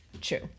True